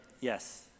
yes